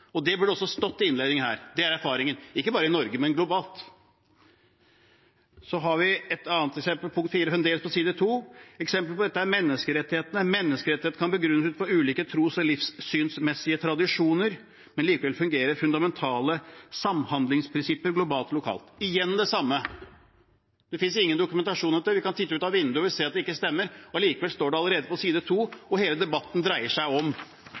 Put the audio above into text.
det er faktisk sannheten. Det burde også stått i innledningen her. Dette er erfaringen, ikke bare i Norge, men også globalt. Vi har et annet eksempel, fremdeles fra side 10: «Et eksempel på dette er menneskerettighetene. Menneskerettighetene kan begrunnes ut i fra ulike tros- eller livssynsmessige tradisjoner, men likevel fungere som fundamentale samhandlingsprinsipper globalt og lokalt.» Igjen det samme: Det finnes ingen dokumentasjon på dette. Vi kan titte ut av vinduet og se at dette ikke stemmer. Likevel står dette allerede på side 10. Hele debatten dreier seg altså om